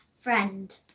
friend